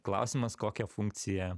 klausimas kokią funkciją